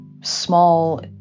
small